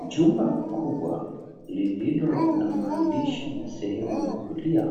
Jumba kubwa lililo na maandishi sehemu ya kulia,